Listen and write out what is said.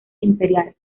imperial